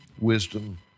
wisdom